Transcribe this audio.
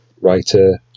writer